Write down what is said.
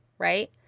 Right